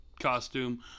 costume